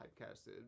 typecasted